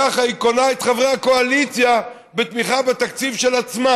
ככה היא קונה את חברי הקואליציה בתמיכה בתקציב של עצמה.